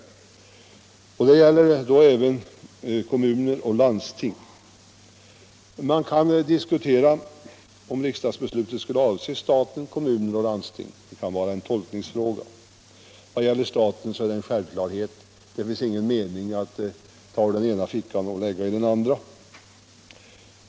Förslaget gäller då även kommuner och landsting. Man kan diskutera om det förra riksdagsbeslutet skulle avse stat, kommuner och landsting — det kan vara en tolkningsfråga. I vad gäller staten är det en självklarhet att beslutet "inte skulle göra det. Det finns ingen mening i att ta ur den ena fickan och lägga i den andra.